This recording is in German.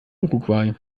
uruguay